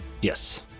Yes